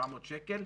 700 שקלים,